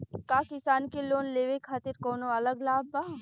का किसान के लोन लेवे खातिर कौनो अलग लाभ बा?